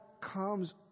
comes